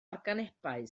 organebau